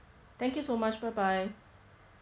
thank you so much bye bye